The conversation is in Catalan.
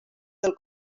del